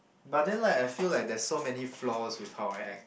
but then like I feel like there's so many flaws with how I act